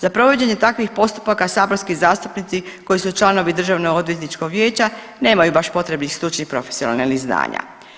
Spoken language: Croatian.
Za provođenje takvih postupaka saborski zastupnici koji su članovi Državnoodvjetničkog vijeća nema baš potrebnih stručnih i profesionalnih znanja.